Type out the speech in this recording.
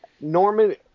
Norman